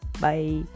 bye